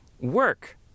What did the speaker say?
work